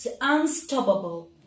unstoppable